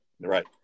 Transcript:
Right